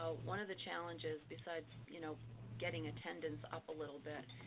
ah one of the challenges besides you know getting attendance up a little bit,